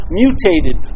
mutated